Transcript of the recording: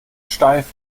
steif